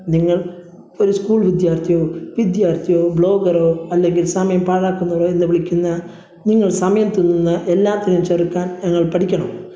നിങ്ങൾ ഒരു സ്കൂൾ വിദ്യാർത്ഥിയോ വിദ്യാർത്ഥിയോ ബ്ളോഗറോ അല്ലെങ്കിൽ സമയം പാഴാക്കുന്നവരോ എന്ന് വിളിക്കുന്ന നിങ്ങൾ സമയത്തു നിന്ന് എല്ലാത്തിനേം ചെറുക്കാൻ നിങ്ങൾ പഠിക്കണം